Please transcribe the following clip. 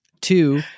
Two